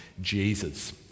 Jesus